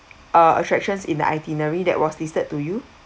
uh attractions in the itinerary that was listed to you